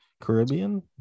Caribbean